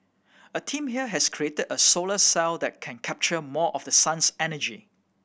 a team here has created a solar cell that can capture more of the sun's energy